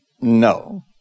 no